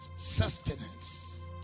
sustenance